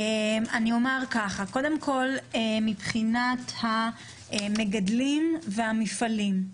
קודם כול, מבחינת המגדלים והמפעלים,